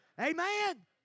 Amen